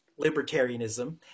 libertarianism